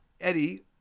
Eddie